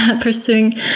pursuing